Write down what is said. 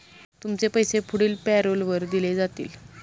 तुमचे पैसे पुढील पॅरोलवर दिले जातील